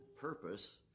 purpose